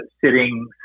sitting